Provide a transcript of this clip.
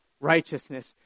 righteousness